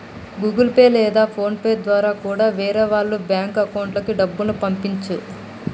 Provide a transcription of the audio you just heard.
Google Pay లేదా PhonePe ద్వారా కూడా వేరే వాళ్ళ బ్యేంకు అకౌంట్లకి డబ్బుల్ని పంపచ్చు